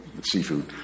Seafood